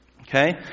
Okay